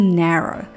narrow